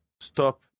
stop